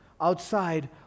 outside